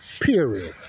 period